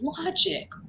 logic